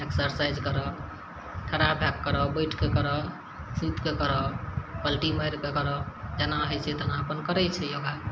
exercise करऽ खड़ा भए कऽ करब बैठके करब सुइत के करब पलटी मारिके करब जेना हइ छै तेना अपन करै छी योगा